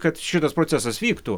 kad šitas procesas vyktų